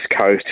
Coast